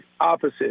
opposite